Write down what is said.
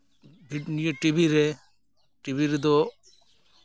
ᱱᱤᱭᱟᱹ ᱴᱤᱵᱷᱤᱨᱮ ᱴᱤᱵᱷᱤ ᱨᱮᱫᱚ